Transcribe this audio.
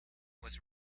was